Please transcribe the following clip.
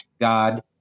God